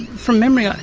from memory, ah